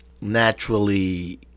naturally